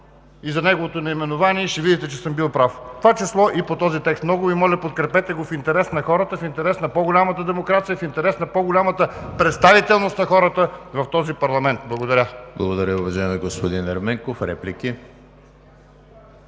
и за неговото наименование и ще видите, че съм бил прав, в това число и по този текст. Много Ви моля, подкрепете го в интерес на хората, в интерес на по-голямата демокрация, в интерес на по-голямата представителност на хората в този парламент. Благодаря. ПРЕДСЕДАТЕЛ ЕМИЛ ХРИСТОВ: Благодаря, уважаеми господин Ерменков. Реплики?